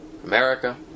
America